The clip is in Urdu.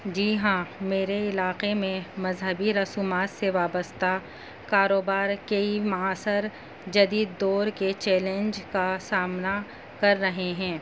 جی ہاں میرے علاقے میں مذہبی رسومات سے وابستہ کاروبار کئی معاثر جدید دور کے چیلنج کا سامنا کر رہے ہیں